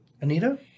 Anita